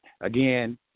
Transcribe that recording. Again